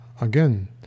again